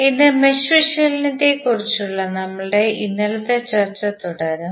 ഇന്ന് മെഷ് വിശകലനത്തെക്കുറിച്ചുള്ള നമ്മുടെ ഇന്നലത്തെ ചർച്ച തുടരും